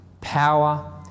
power